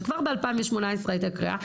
שכבר ב-2018 הייתה קריאה,